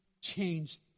changed